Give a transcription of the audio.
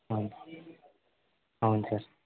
అవును అవును సార్